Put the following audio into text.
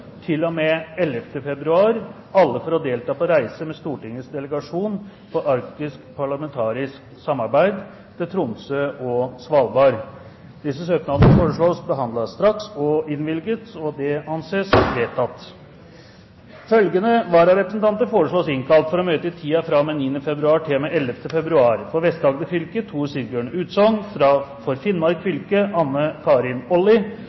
februar til og med 11. februar, alle for å delta på reise med Stortingets delegasjon for arktisk parlamentarisk samarbeid til Tromsø og Svalbard. Etter forslag fra presidenten ble enstemmig besluttet: Søknadene behandles straks og innvilges. Følgende vararepresentanter innkalles for å møte i tiden fra og med 9. februar til og med 11. februar: For